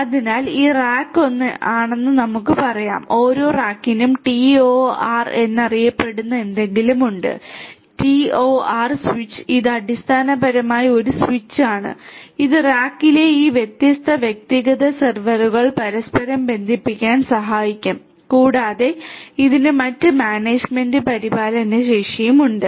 അതിനാൽ ഇത് റാക്ക് 1 ആണെന്ന് നമുക്ക് പറയാം ഓരോ റാക്കിനും TOR എന്നറിയപ്പെടുന്ന എന്തെങ്കിലും ഉണ്ട് TOR സ്വിച്ച് ഇത് അടിസ്ഥാനപരമായി ഒരു സ്വിച്ച് ആണ് ഇത് റാക്കിലെ ഈ വ്യത്യസ്ത വ്യക്തിഗത സെർവറുകൾ പരസ്പരം ബന്ധിപ്പിക്കാൻ സഹായിക്കും കൂടാതെ ഇതിന് മറ്റ് മാനേജ്മെന്റും പരിപാലന ശേഷിയും ഉണ്ട്